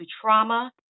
trauma